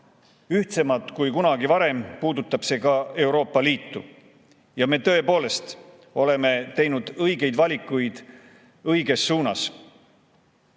ühtsemad kui kunagi varem. See puudutab ka Euroopa Liitu. Me tõepoolest oleme teinud õigeid valikuid õiges suunas.